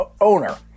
owner